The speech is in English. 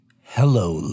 Hello